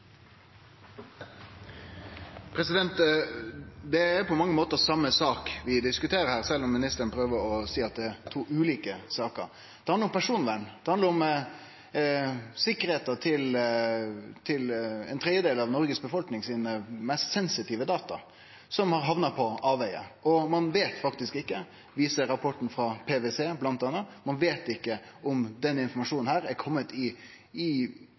på mange måtar same sak vi diskuterer, sjølv om ministeren prøver å seie at det er to ulike saker. Det handlar om personvern, det handlar om sikkerheita til ein tredjedel av Noregs befolknings mest sensitive data som har hamna på avvegar, og ein veit faktisk ikkje – viser rapporten frå PwC, bl.a. – om denne informasjonen har falle i hendene på dei som kan utnytte den informasjonen